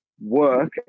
work